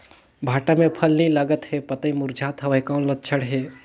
भांटा मे फल नी लागत हे पतई मुरझात हवय कौन लक्षण हे?